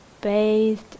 bathed